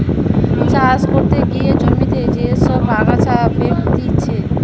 চাষ করতে গিয়ে জমিতে যে সব আগাছা বেরতিছে